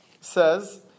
says